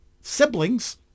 siblings